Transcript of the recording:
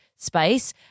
space